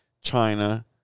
China